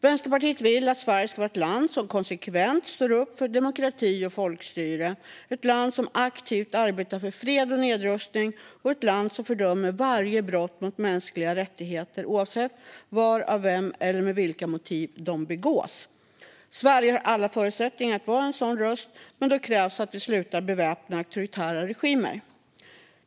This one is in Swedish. Vänsterpartiet vill att Sverige ska vara ett land som konsekvent står upp för demokrati och folkstyre, ett land som aktivt arbetar för fred och nedrustning och ett land som fördömer alla brott mot mänskliga rättigheter oavsett var, av vem eller med vilka motiv de begås. Sverige har alla förutsättningar att vara en sådan röst, men då krävs det att vi slutar beväpna auktoritära regimer.